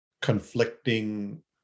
conflicting